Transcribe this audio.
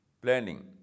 planning